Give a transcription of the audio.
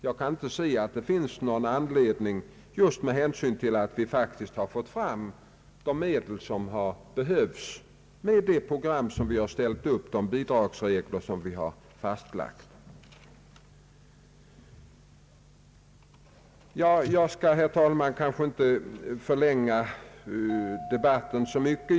Jag kan inte se att det finns någon anledning till detta just med hänsyn till att vi faktiskt har fått fram de medel som behövs med det program som vi har ställt upp och de bidragsregler som vi har fastlagt. Jag skall, herr talman, inte förlänga debatten så mycket.